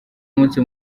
umunsi